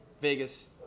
Vegas